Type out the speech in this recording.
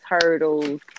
turtles